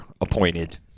appointed